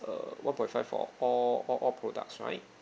err one point five for all all all products right